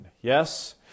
Yes